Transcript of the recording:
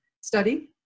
study